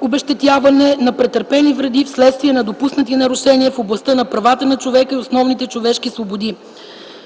обезщетяване на претърпели вреди вследствие допуснати нарушения в областта на правата на човека и основните човешки свободи.